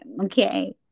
okay